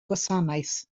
gwasanaeth